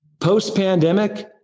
Post-pandemic